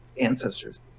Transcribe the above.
ancestors